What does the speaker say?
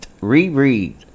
reread